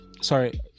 sorry